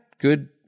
good